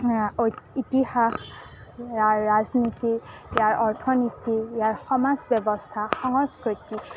ইতিহাস ৰাজনীতি ইয়াৰ অৰ্থনীতি ইয়াৰ সমাজ ব্যৱস্থা সংস্কৃতি